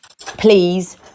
please